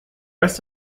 rest